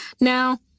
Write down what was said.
Now